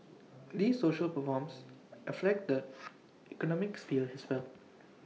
these social reforms affect the economic sphere as well